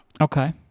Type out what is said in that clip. Okay